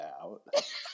out